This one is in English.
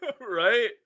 right